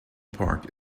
park